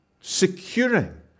securing